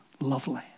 lovely